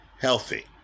healthy